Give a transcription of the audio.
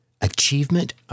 Achievement